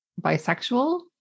bisexual